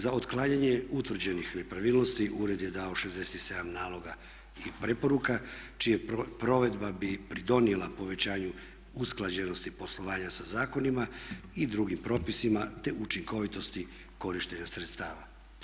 Za otklanjanje utvrđenih nepravilnosti ured je dao 67 naloga i preporuka čija provedba bi pridonijela povećanju usklađenosti poslovanja sa zakonima i drugim propisima te učinkovitosti korištenja sredstava.